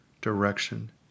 direction